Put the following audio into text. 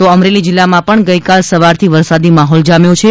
તો અમરેલી જિલ્લામાં પણ ગઈકાલ સવારથી વરસાદી માહોલ જામ્યો છે